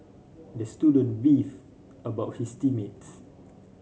the student beefed about his team mates